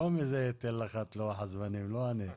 שלומי ייתן לך את לוח הזמנים, לא אני.